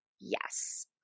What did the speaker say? Yes